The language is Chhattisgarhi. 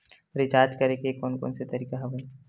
रिचार्ज करे के कोन कोन से तरीका हवय?